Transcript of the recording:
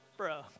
Bro